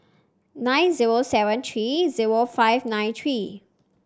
nine zero seven three zero five nine three